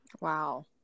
Wow